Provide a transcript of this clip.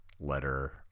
letter